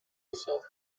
herself